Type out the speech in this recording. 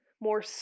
more